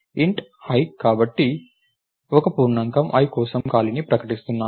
Int i కాబట్టి ఒక పూర్ణాంకం i కోసం ఖాళీని ప్రకటిస్తున్నాను